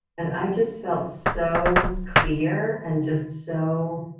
and i just felt so clear and just so